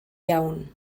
iawn